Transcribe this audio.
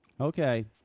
Okay